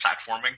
platforming